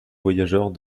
voyageurs